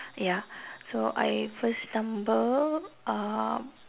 ya so I first stumbled uh